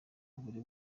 buri